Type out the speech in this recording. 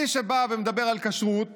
מי שבא ומדבר על כשרות